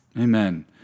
Amen